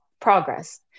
Progress